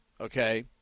okay